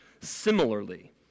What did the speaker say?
similarly